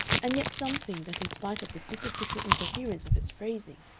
and yet something that in spite of the superficial incoherence of its phrasing,